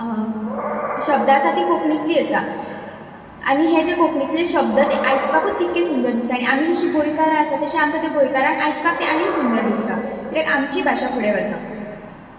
शब्द आसा ती कोंकणींतली आसा आनी हे जे कोंकणींतले शब्द आसा ते आयकुपाकूच कितले सुंदर दिसतात आनी आमी जशीं गोंयकारां आसात तशे आमकां ते गोंयकारांक आयकपाक आनी सुंदर दिसता कित्याक आमची भाशा फुडें वता